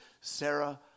Sarah